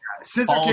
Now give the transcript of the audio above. Scissor